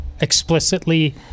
explicitly